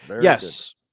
Yes